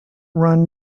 run